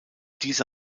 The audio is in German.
diese